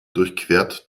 durchquert